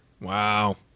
Wow